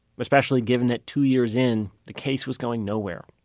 especially given that two years in, the case was going nowhere.